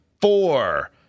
four